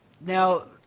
now